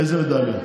איזה מדליה?